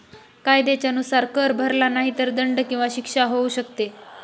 कायद्याच्या नुसार, कर भरला नाही तर दंड किंवा शिक्षा होऊ शकते